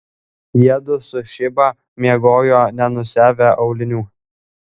jiedu su šiba miegojo nenusiavę aulinių